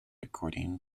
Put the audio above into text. according